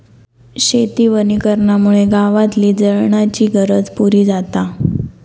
शेती वनीकरणामुळे गावातली जळणाची गरज पुरी जाता